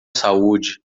saúde